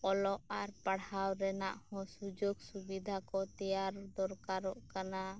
ᱚᱞᱚᱜ ᱟᱨ ᱯᱟᱲᱦᱟᱣ ᱨᱮᱱᱟᱜ ᱦᱚᱸ ᱥᱩᱡᱳᱜᱽ ᱥᱩᱵᱤᱫᱷᱟ ᱠᱚ ᱛᱮᱭᱟᱨ ᱫᱚᱨᱠᱟᱨᱚᱜ ᱠᱟᱱᱟ